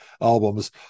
albums